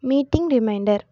meeting reminder